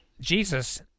Jesus